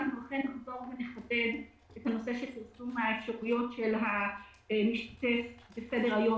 אנחנו נחזור ונפרסם את האפשרויות של המשתתף בסדר היום